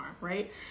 right